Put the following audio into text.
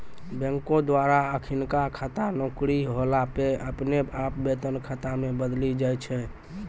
बैंको द्वारा अखिनका खाता नौकरी होला पे अपने आप वेतन खाता मे बदली जाय छै